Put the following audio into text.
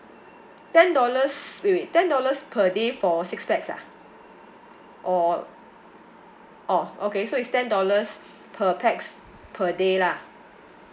ten dollars wait wait ten dollars per day for six pax ah or oh okay so it's ten dollars per pax per day lah